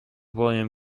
william